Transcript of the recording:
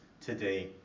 today